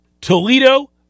Toledo